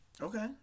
Okay